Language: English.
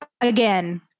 again